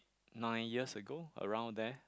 nine years ago around there